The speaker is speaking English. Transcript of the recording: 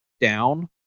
down